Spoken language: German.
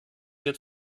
wird